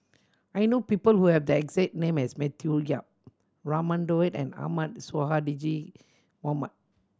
I know people who have the exact name as Matthew Yap Raman Daud and Ahmad Sonhadji Mohamad